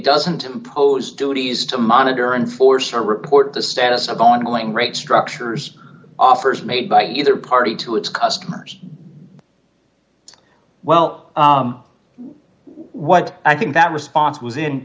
doesn't impose duties to monitor and force or report the status of ongoing rate structures offers made by either party to its customers well what i think that response was in